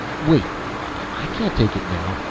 wait i can't take it now,